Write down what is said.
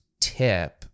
tip